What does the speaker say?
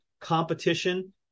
competition